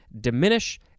diminish